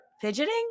fidgeting